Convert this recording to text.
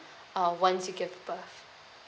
uh once you give birth